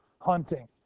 hunting